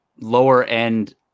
lower-end